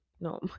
no